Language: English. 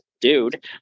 dude